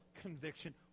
conviction